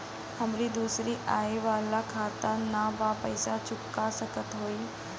हमारी दूसरी आई वाला खाता ना बा पैसा चुका सकत हई?